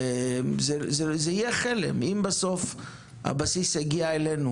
זה יהיה חלם אם בסוף הבסיס יגיע אלינו